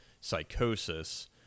psychosis